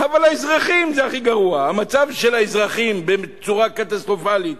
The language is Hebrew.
אבל מצבם הכלכלי של האזרחים הוא קטסטרופלי.